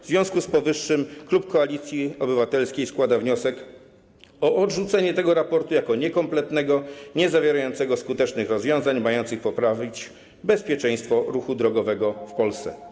W związku z powyższym klub Koalicji Obywatelskiej składa wniosek o odrzucenie tego raportu jako niekompletnego, niezawierającego skutecznych rozwiązań mających poprawić bezpieczeństwo ruchu drogowego w Polsce.